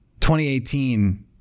2018